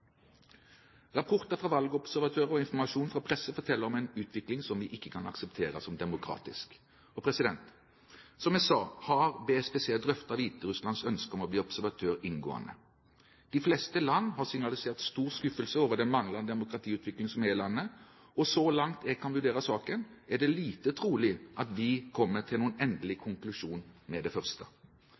Rapporter fra valgobservatører og informasjon fra presse forteller om en utvikling som vi ikke kan akseptere som demokratisk. Som jeg sa, har BSPC drøftet Hviterusslands ønske om å bli observatør inngående. De fleste land har signalisert stor skuffelse over den manglende demokratiutviklingen i landet, og så langt jeg kan vurdere saken, er det lite trolig at de kommer til noen endelig konklusjon med det første.